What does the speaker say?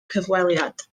cyfweliad